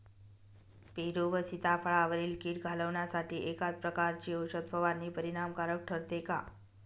पेरू व सीताफळावरील कीड घालवण्यासाठी एकाच प्रकारची औषध फवारणी परिणामकारक ठरते का?